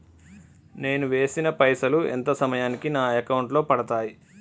నేను వేసిన పైసలు ఎంత సమయానికి నా అకౌంట్ లో పడతాయి?